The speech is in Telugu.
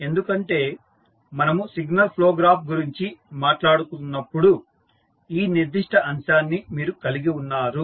ఎందుకంటే మనము సిగ్నల్ ఫ్లో గ్రాఫ్ గురించి మాట్లాడుకున్నపుడు ఈ నిర్దిష్ట అంశాన్ని మీరు కలిగి ఉన్నారు